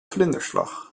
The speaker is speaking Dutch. vlinderslag